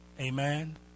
Amen